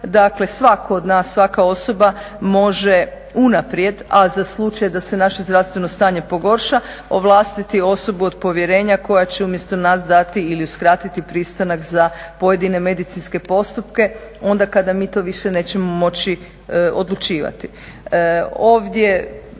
Dakle, svatko od nas, svaka osoba može unaprijed, a za slučaj da se naše zdravstveno stanje pogorša ovlastiti osobu od povjerenja koja će umjesto nas dati ili uskratiti pristanak za pojedine medicinske postupke, onda kada mi to više nećemo moći odlučivati.